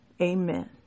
Amen